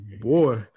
boy